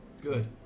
Good